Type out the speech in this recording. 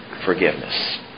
forgiveness